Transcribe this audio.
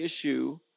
issue